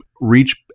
reach